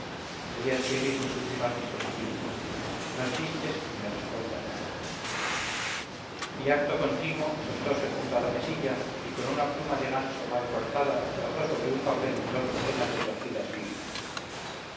voy a escribir mis últimas disposiciones no chistes ni me respondas nada y acto continuo sentose junto a la mesilla y con una pluma de ganso mal cortada trazó sobre un papel dos docenas de torcidas líneas